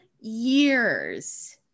years